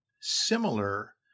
similar